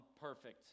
perfect